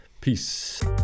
peace